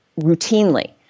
routinely